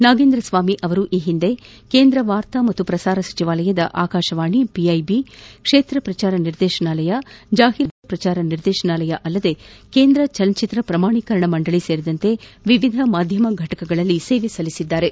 ನಾಗೇಂದ್ರಸ್ನಾಮಿ ಅವರು ಈ ಹಿಂದೆ ಕೇಂದ್ರ ವಾರ್ತಾ ಮತ್ತು ಪ್ರಸಾರ ಸಚಿವಾಲಯದ ಆಕಾಶವಾಣಿ ಪಿಐಬಿ ಕ್ಷೇತ್ರ ಪ್ರಚಾರ ನಿರ್ದೇಶನಾಲಯ ಜಾಹಿರಾತು ಮತ್ತು ದೃಶ್ಯ ಪ್ರಚಾರ ನಿರ್ದೇಶನಾಲಯ ಅಲ್ಲದೆ ಕೇಂದ್ರ ಚಲನಚಿತ್ರ ಪ್ರಮಾಣೀಕರಣ ಮಂಡಳ ಸೇರಿದಂತೆ ವಿವಿಧ ಮಾಧ್ಯಮ ಘಟಕಗಳಲ್ಲಿ ಸೇವೆ ಸಲ್ಲಿಸಿದ್ದಾರೆ